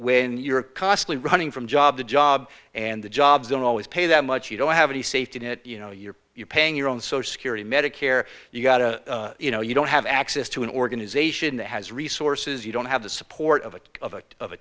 when you're costly running from job to job and the jobs don't always pay that much you don't have any safety net you know you're you're paying your own social security medicare you've got a you know you don't have access to an organization that has resources you don't have the support of a of a of a